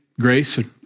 grace